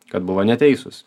kad buvo neteisūs